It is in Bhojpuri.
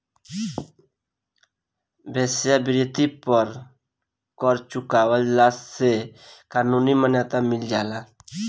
वेश्यावृत्ति पर कर चुकवला से कानूनी मान्यता मिल जाला